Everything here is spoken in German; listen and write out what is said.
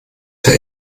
der